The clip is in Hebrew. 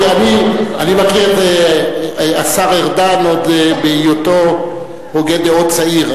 אני מכיר את השר ארדן עוד בהיותו הוגה דעות צעיר.